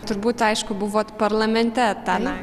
turbūt aišku buvot parlamente tą na